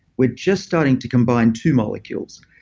we're just starting to combine two molecules,